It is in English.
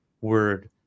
word